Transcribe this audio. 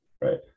right